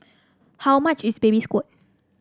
how much is Baby Squid